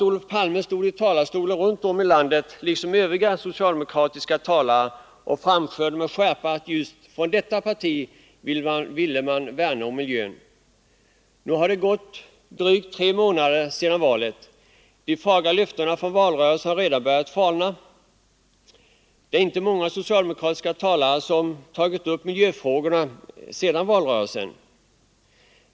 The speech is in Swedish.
Olof Palme stod ju i talarstolarna runt om i landet, liksom övriga socialdemokratiska talare, och framhöll med skärpa att från det socialdemokratiska partiets sida ville man värna om miljön. Nu har det gått drygt tre månader sedan valet. De fagra löftena från valrörelsen har redan börjat falna. Det är inte många socialdemokratiska talare som har tagit upp miljöfrågorna sedan valrörelsen.